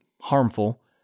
harmful